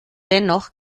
dennoch